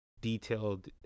detailed